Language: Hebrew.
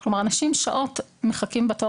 כלומר, אנשים שעות מחכים בתור